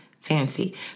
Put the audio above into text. Fancy